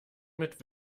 mit